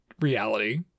Reality